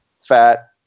fat